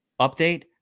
update